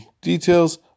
details